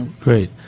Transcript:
great